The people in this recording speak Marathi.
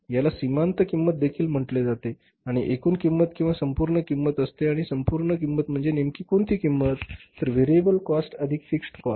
याला सीमान्त किंमत देखील म्हटले जाते आणि ही एकूण किंमत किंवा संपूर्ण किंमत असते आणि संपूर्ण किंमत म्हणजे नेमकी कोणती किंमत तर व्हेरिएबल कॉस्ट अधिक फिक्स्ड कॉस्ट